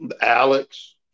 Alex